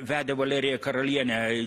vedė valerija karalienė